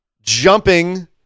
jumping